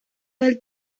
del